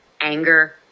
anger